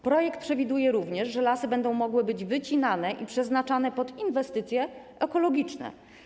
Projekt przewiduje również, że lasy będą mogły być wycinane i przeznaczane pod inwestycje ekologiczne.